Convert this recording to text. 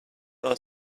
our